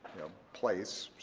place.